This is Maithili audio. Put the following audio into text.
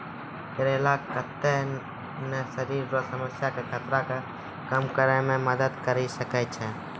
करेला कत्ते ने शरीर रो समस्या के खतरा के कम करै मे मदद करी सकै छै